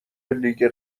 لیگ